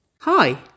Hi